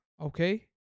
okay